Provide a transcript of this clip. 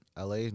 LA